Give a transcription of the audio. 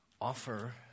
offer